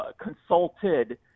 consulted